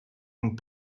and